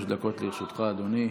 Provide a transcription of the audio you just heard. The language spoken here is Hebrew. שלוש דקות לרשותך, אדוני.